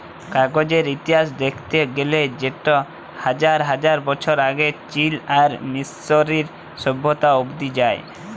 কাগজের ইতিহাস দ্যাখতে গ্যালে সেট হাজার হাজার বছর আগে চীল আর মিশরীয় সভ্যতা অব্দি যায়